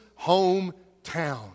hometown